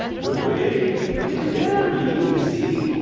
the way is very easy.